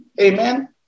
Amen